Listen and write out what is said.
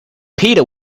peter